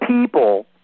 people